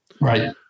Right